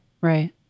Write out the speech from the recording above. Right